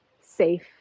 safe